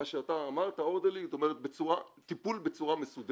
מה שאתה אמרת, orderly טיפול בצורה מסודרת.